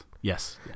Yes